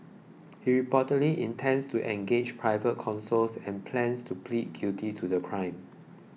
he reportedly intends to engage private counsels and plans to plead guilty to the crime